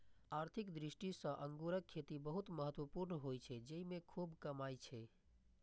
आर्थिक दृष्टि सं अंगूरक खेती बहुत महत्वपूर्ण होइ छै, जेइमे खूब कमाई छै